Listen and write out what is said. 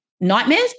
nightmares